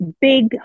big